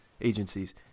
agencies